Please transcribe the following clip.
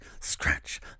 scratch